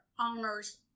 owners